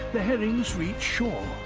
the herrings reach shore,